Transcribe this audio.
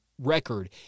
record